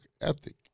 ethic